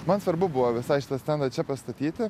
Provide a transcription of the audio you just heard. man svarbu buvo visai kitą stendą čia pastatyti